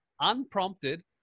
unprompted